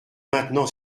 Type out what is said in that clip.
maintenant